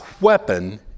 weapon